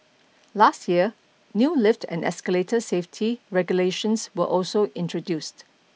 last year new lift and escalator safety regulations were also introduced